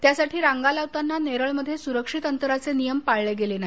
त्यासाठी रांगा लावताना नेरळमध्ये सुरक्षित अंतराचे नियम पाळले गेले नाही